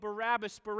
Barabbas